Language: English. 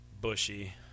bushy